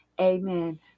amen